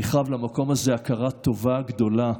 אני חב למקום הזה הכרת טובה גדולה,